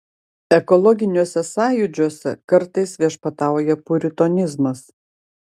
ekologiniuose sąjūdžiuose kartais viešpatauja puritonizmas